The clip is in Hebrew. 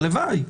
הלוואי.